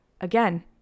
again